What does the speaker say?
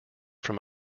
from